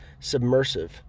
submersive